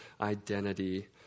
identity